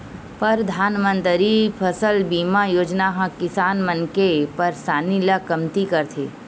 परधानमंतरी फसल बीमा योजना ह किसान मन के परसानी ल कमती करथे